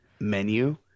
menu